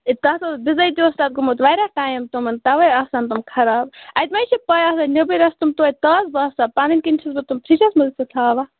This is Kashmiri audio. تتھ اوس بِضٲتی اوس تتھ گوٚمُت واریاہ ٹایِم تِمن تَوے آسہٕ ہن تم خراب اتہِ ما چھِ پاے آسان نیٚبرٕے ٲسۍ تم توتہِ تازٕ باسان پنٕنۍ کِنۍ چھس بہٕ تم فرِیٚجس منٛز تہِ تھاوان